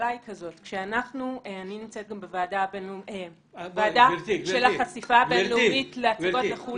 אני נמצאת גם בוועדה של החשיפה הבין-לאומית להצגות בחו"ל.